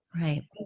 Right